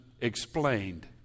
explained